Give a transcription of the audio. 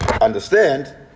understand